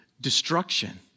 destruction